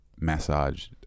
massaged